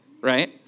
right